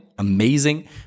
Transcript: amazing